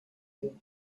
you